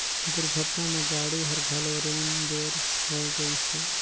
दुरघटना म गाड़ी हर घलो रेन बेर होए गइसे